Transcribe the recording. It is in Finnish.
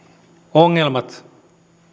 ongelmat